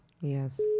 Yes